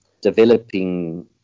developing